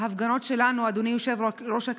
בהפגנות שלנו, אדוני היושב-ראש,